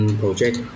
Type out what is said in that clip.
project